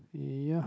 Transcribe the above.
yeah